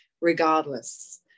regardless